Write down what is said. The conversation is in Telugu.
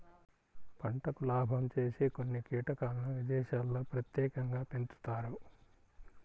పంటకు లాభం చేసే కొన్ని కీటకాలను విదేశాల్లో ప్రత్యేకంగా పెంచుతారు